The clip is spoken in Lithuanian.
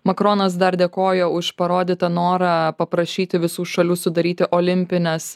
makronas dar dėkoja už parodytą norą paprašyti visų šalių sudaryti olimpines